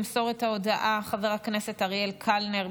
ימסור את ההודעה חבר הכנסת אריאל קלנר,